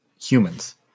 humans